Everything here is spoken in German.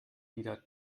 wieder